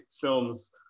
films